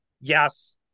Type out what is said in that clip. Yes